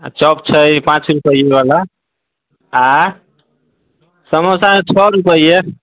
आ चॉप छै पाँच रुपैए बला आयँ समोसा छओ रुपैए